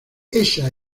esa